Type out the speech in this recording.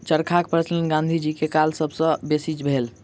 चरखाक प्रचलन गाँधी जीक काल मे सब सॅ बेसी भेल